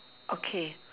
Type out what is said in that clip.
okay